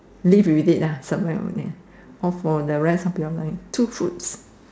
live with it ah something like that off for the rest of your life two foods